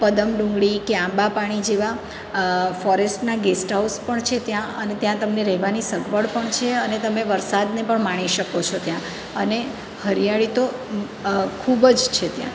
પદમ ડુંગરી કે આંબા પાણી જેવાં ફોરેસ્ટનાં ગેસ્ટ હાઉસ પણ છે ત્યાં અને ત્યાં તમને રહેવાની સગવડ પણ છે અને તમે વરસાદને પણ માણી શકો છો ત્યાં અને હરિયાળી તો ખૂબ જ છે ત્યાં